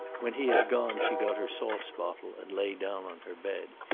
when he had gone she got her salts bottle and lay down on her bed.